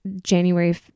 January